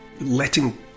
letting